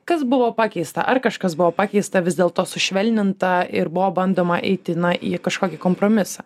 kas buvo pakeista ar kažkas buvo pakeista vis dėlto sušvelninta ir buvo bandoma eiti na į kažkokį kompromisą